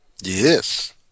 Yes